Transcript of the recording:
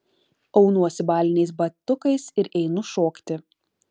aunuosi baliniais batukais ir einu šokti